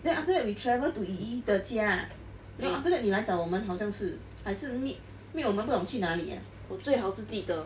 then after that we travel to 姨姨的家然后 after that 你来找我们好像是还是 meet meet 我们不懂去哪里 ah